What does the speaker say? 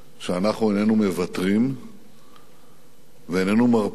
שאנחנו איננו מוותרים ואיננו מרפים